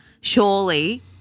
Surely